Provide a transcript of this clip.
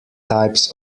types